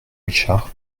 richard